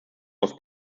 aus